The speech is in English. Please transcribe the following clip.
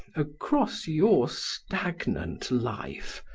across your stagnant life,